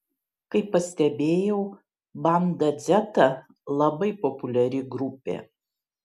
kaip pastebėjau banda dzeta labai populiari grupė